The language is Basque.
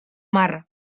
marra